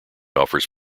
offers